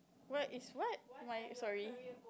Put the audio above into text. what is what my sorry